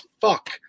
fuck